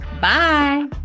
Bye